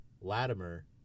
Latimer